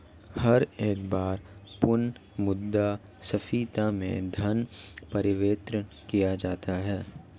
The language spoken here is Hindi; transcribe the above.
हर एक बार पुनः मुद्रा स्फीती में धन परिवर्तन किया जाता है